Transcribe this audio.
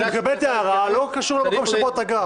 אני מקבל את ההערה, זה לא קשור למקום שבו אתה גר.